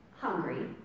hungry